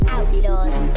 Outlaws